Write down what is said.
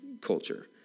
culture